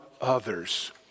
others